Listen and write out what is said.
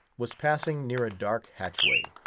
was passing near a dark hatchway,